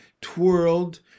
twirled